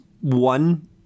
one